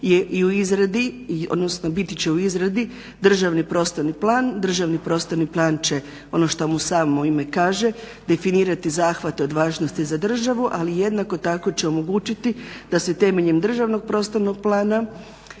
biti će u izradi državni prostorni plan. Državni prostorni plan će ono što mu samo ime kaže definirati zahvate od važnosti za državu ali jednako tako će omogućiti da se temeljem državnog prostornog plana